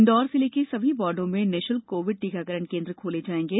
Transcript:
इंदौर जिले के सभी वार्डों में निःशुल्क कोविड टीकाकरण केंद्र खोले जाएंगे